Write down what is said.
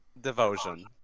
Devotion